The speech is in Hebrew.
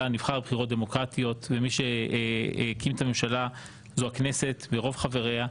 נבחר בבחירות דמוקרטיות ומי שהקים את הממשלה זו הכנסת ברוב חבריה.